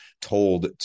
told